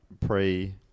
pre